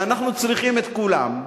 ואנחנו צריכים את כולם.